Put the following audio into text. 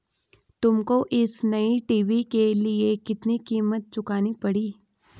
तुमको इस नए टी.वी के लिए कितनी कीमत चुकानी पड़ी?